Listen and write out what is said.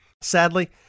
Sadly